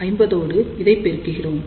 50 தோடு இதை பெருக்குகிறோம்